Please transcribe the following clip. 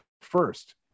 first